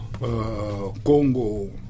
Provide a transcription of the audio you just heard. Congo